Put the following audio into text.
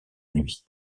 nuit